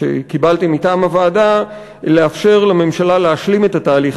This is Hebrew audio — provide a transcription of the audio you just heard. שקיבלתי מטעם הוועדה לאפשר לממשלה להשלים את התהליך